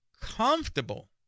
comfortable